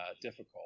difficult